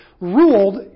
ruled